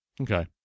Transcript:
Okay